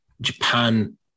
Japan